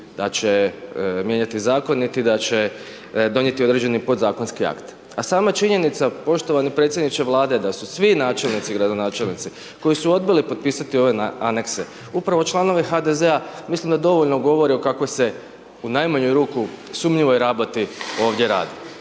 da će mijenjati zakon niti da će donijeti određeni podzakonski akt. A sama činjenica, poštovani predsjedniče Vlade da su svi načelnici i gradonačelnici koji su odbili potpisati ove anekse, upravo članovi HDZ-a, mislim da dovoljno govori u kakvoj je, u najmanju ruku sumnjivoj raboti ovdje radi.